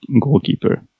goalkeeper